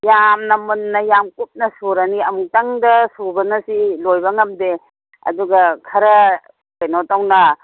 ꯌꯥꯝꯅ ꯃꯨꯟꯅ ꯌꯥꯝꯅ ꯀꯨꯞꯅ ꯁꯨꯔꯅꯤ ꯑꯃꯨꯛꯇꯪꯗ ꯁꯨꯕꯅꯗꯤ ꯂꯣꯏꯕ ꯉꯝꯗꯦ ꯑꯗꯨꯒ ꯈꯔ ꯀꯩꯅꯣ ꯇꯧꯅ